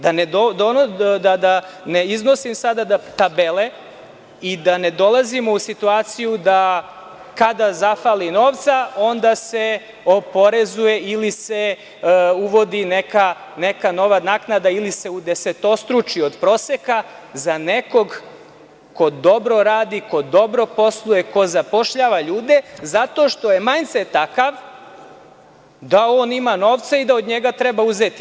Da ne iznosim sada tabele i da ne dolazimo u situaciju da kada zahvali novca, onda se oporezuje ili se uvodi neka nova naknada, ili se udesetostruči od proseka za nekog ko dobro radi, ko dobro posluje, ko zapošljava ljude, zato što je manse takav da on ima novca i da od njega treba uzeti.